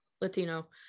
latino